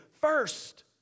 first